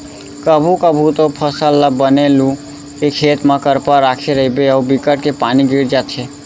कभू कभू तो फसल ल बने लू के खेत म करपा राखे रहिबे अउ बिकट के पानी गिर जाथे